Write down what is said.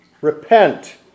repent